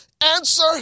answer